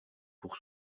pour